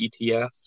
ETF